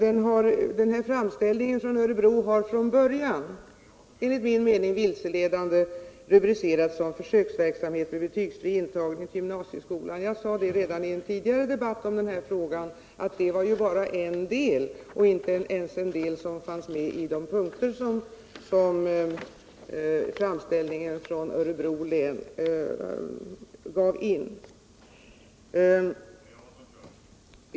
Framställningen från Örebro har från början, enligt min mening vilseledande, rubricerats som Försöksverksamhet med betygsfri intagning till gymnasieskolan. Jag sade redan i en tidigare debatt att betygsfri intagning var bara en del i det hela och inte ens en del som fanns med bland de punkter som framställningen från Örebro län utmynnade i.